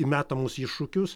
į metamus iššūkius